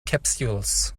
capsules